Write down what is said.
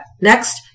Next